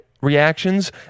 reactions